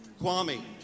Kwame